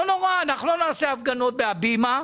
אנחנו לא נעשה הפגנות בהבימה,